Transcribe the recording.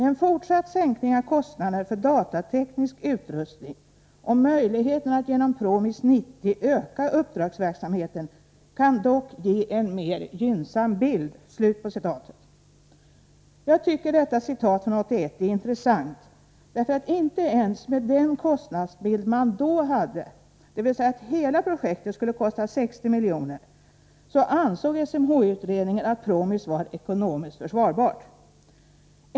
En fortsatt sänkning av kostnaderna för datateknisk utrustning och möjligheterna att genom PROMIS 90 öka uppdragsverksamheten kan dock ge en mer gynnsam bild.” Jag tycker att detta citat från 1981 är intressant. Inte ens med den kostnadsbild man då hade, dvs. att hela projektet skulle kosta ca 60 milj.kr., ansåg SMHI-utredningen att PROMIS var ekonomiskt försvarbart.